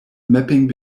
mapping